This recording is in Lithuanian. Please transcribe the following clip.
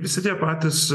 visi tie patys